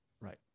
Right